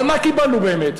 אבל מה קיבלנו באמת?